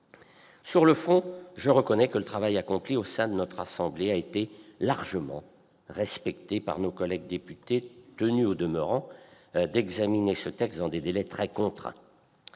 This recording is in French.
Sur le fond, je reconnais que le travail accompli au sein de notre assemblée a été largement respecté par nos collègues députés, par ailleurs tenus d'examiner ce texte dans des délais très contraints.